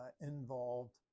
involved